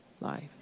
life